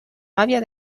gàbia